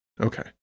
Okay